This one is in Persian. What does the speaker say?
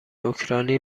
اوکراینی